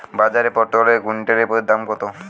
বাজারে পটল এর কুইন্টাল প্রতি দাম কত?